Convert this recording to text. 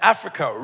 Africa